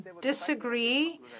disagree